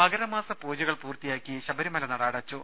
മകരമാസ പൂജകൾ പൂർത്തിയാക്കി ശബ്ബരിമല നട അടച്ചു